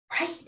Right